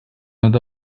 над